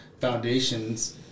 foundations